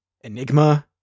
Enigma